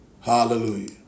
Hallelujah